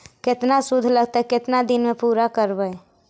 केतना शुद्ध लगतै केतना दिन में पुरा करबैय?